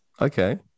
Okay